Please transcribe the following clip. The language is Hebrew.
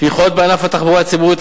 תמיכות בענף התחבורה הציבורית,